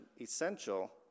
essential